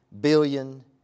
billion